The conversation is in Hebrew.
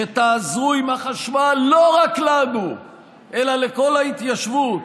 שתעזרו עם החשמל לא רק לנו אלא לכל ההתיישבות.